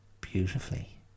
beautifully